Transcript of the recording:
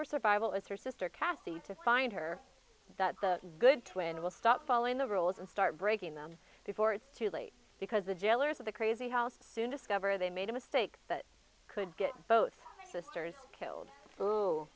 for survival is her sister cathy to find her that the good twin will stop following the rules and start breaking them before it's too late because the jailers of the crazy house soon discover they made a mistake that could get both sisters killed